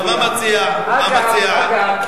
אני הצבעתי